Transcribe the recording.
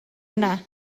yna